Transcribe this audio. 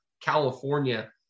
California